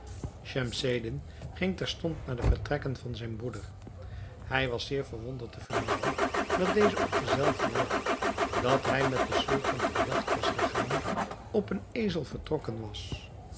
schemseddin ging terstond naar de vertrekken van zijn broeder hij was zeer verwonderd te vernemen dat deze op den zelfden dag dat hij met den sultan ter jagt was gegaan op een ezel vertrokken was